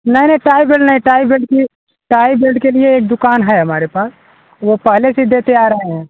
नहीं नहीं tie belt नहीं टाई बेल्ट के लिये टाई बेल्ट के लिये एक दुकान है हमारे पास वो पहले से ही देते आ रहे हैं